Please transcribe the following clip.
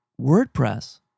WordPress